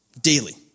Daily